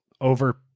over